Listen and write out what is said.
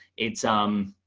it's, um,